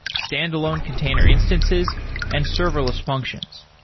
standalone container instances and serverless functions.